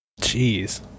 Jeez